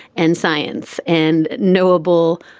and science and knowable,